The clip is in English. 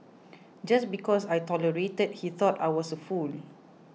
just because I tolerated he thought I was a fool